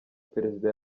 perezida